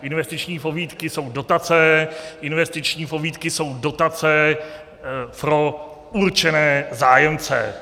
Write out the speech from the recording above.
Investiční pobídky jsou dotace, investiční pobídky jsou dotace pro určené zájemce.